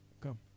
Come